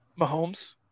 Mahomes